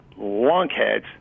lunkheads